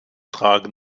tragen